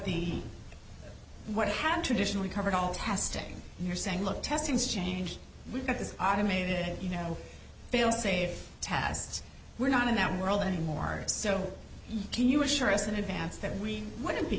the what have traditionally covered all testing you're saying look test things change we've got this automated you know failsafe tatts we're not in that world anymore so can you assure us in advance that we wouldn't be